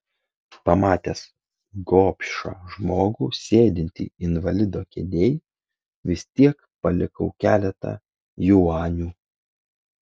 pamatęs gobšą žmogų sėdintį invalido kėdėj vis tiek palikau keletą juanių